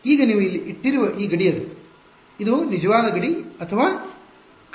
ಈಗ ನೀವು ಇಲ್ಲಿ ಇಟ್ಟಿರುವ ಈ ಗಡಿ ಅದು ಇದು ನಿಜವಾದ ಗಡಿಯೇ ಅಥವಾ ಕಾಲ್ಪನಿಕ ಗಡಿಯೇ